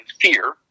fear